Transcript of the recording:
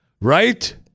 Right